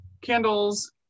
candles